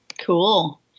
Cool